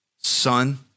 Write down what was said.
Son